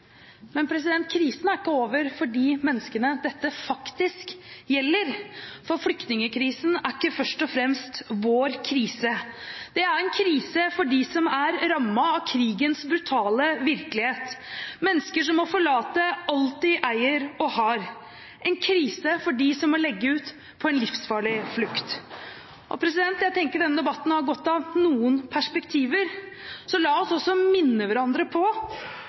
Krisen er ikke over for de menneskene dette faktisk gjelder. Flyktningkrisen er ikke først og fremst vår krise. Det er en krise for dem som er rammet av krigens brutale virkelighet, mennesker som må forlate alt de eier og har, en krise for dem som må legge ut på en livsfarlig flukt. Jeg tenker at denne debatten har godt av noen perspektiver. Så la oss også minne hverandre på